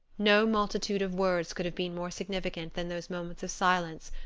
no multitude of words could have been more significant than those moments of silence,